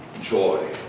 joy